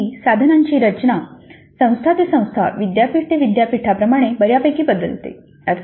SEE साधनांची रचना संस्था ते संस्था विद्यापीठ ते विद्यापीठा प्रमाणे बऱ्यापैकी बदलते